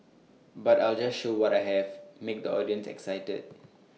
but I'll just show what I have make the audience excited